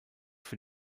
für